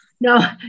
No